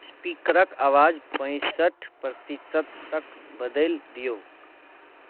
स्पीकरके आवाज पैंसठ प्रतिशत तक बदैल दियौ